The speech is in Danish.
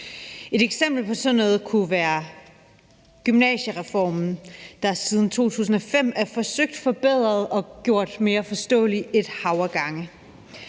Et eksempel på sådan noget kunne være gymnasiereformen, der siden 2005 er blevet forsøgt forbedret og gjort mere forståelig et hav af gange.